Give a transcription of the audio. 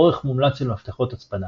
אורך מומלץ של מפתחות הצפנה